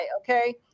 okay